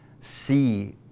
see